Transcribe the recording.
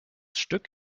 stück